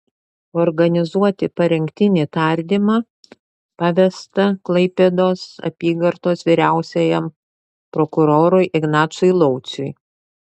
organizuoti parengtinį tardymą pavesta klaipėdos apygardos vyriausiajam prokurorui ignacui lauciui